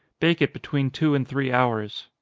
bake it between two and three hours.